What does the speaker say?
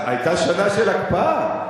היתה שנה של הקפאה.